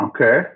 Okay